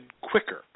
quicker